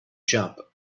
jump